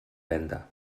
venda